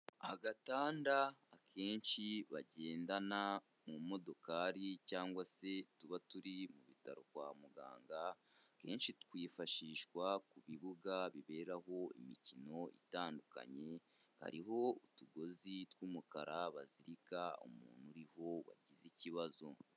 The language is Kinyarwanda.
Agatanda akenshi bagendana mu modokari cyangwa se tuba turi mu bitaro kwa muganga, akenshi twifashishwa ku bibuga biberaho imikino itandukanye, hariho utugozi tw'umukara bazirika umuntu uriho wagize ikibazo.